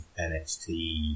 NXT